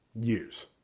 years